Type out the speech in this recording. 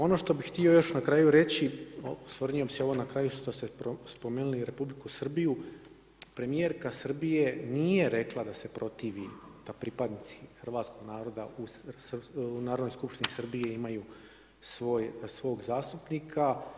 Ono što bih htio još na kraju reći, osvrnuo bih se ovo na kraju što ste spomenuli Republiku Srbiju, premijerka Srbije nije rekla da se protivi da pripadnici hrvatskog naroda u Narodnoj skupštini Srbije imaju svog zastupnika.